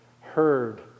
heard